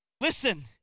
Listen